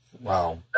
Wow